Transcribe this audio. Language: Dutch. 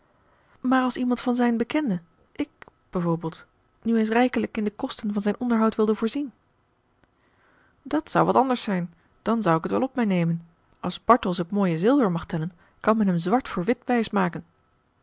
maar als iemand van zijne bekenden ik bij voorbeeld nu eens rijkelijk in de kosten van zijn onderhoud wilde voorzien dat zou wat anders zijn dan zou ik het wel op mij nemen als bartels het mooie zilver mag tellen kan men hem zwart voor vit wijs maken